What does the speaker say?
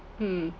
mm